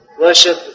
worship